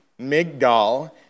Migdal